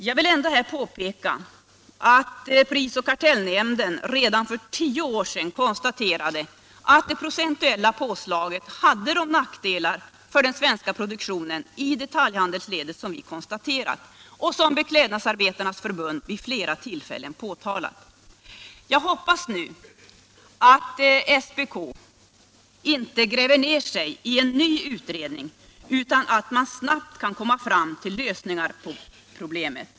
Jag vill ändå här påpeka att prisoch kartellnämnden redan för tio år sedan konstaterade att det procentuella påslaget hade de nackdelar för den svenska produktionen i detaljhandelsledet som vi konstaterat och som Beklädnadsarbetarnas förbund vid flera tillfällen påtalat. Jag hoppas nu att SPK inte gräver ner sig i en ny utredning, utan att man snabbt kan komma fram till lösningar på problemet.